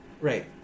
Right